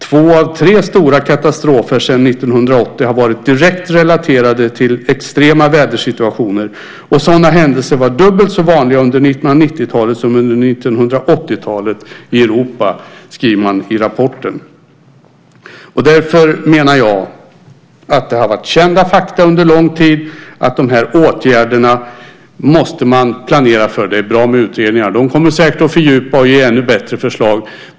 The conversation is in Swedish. Två av tre stora katastrofer sedan 1980 har varit direkt relaterade till extrema vädersituationer, och sådana händelser var dubbelt så vanliga under 1990-talet som under 1980-talet i Europa, skriver man i rapporten. Därför menar jag att det har varit kända fakta under lång tid och att man måste planera för de här åtgärderna. Det är bra med utredningar. De kommer säkert att fördjupa och ge ännu bättre förslag.